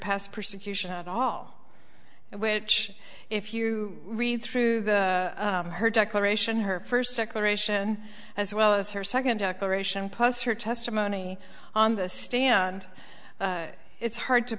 past persecution at all which if you read through the her declaration her first declaration as well as her second decoration plus her testimony on the stand it's hard to